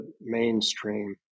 mainstream